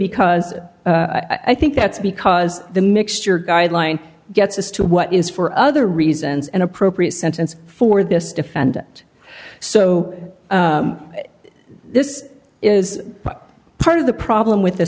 because i think that's because the mixture guideline gets us to what is for other reasons an appropriate sentence for this defendant so this is part of the problem with the